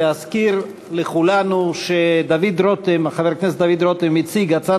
אני מזכיר לכולנו שחבר הכנסת דוד רותם הציג את הצעת